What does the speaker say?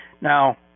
Now